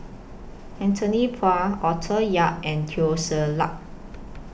Anthony Poon Arthur Yap and Teo Ser Luck